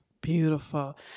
Beautiful